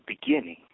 beginning